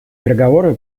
переговоры